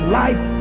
life